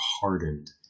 hardened